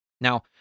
Now